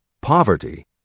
poverty